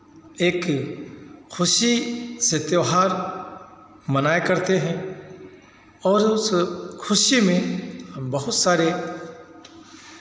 एक खुशी से त्योहार मनाया करते हैं और उस खुशी में बहुत सारे